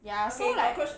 ya so like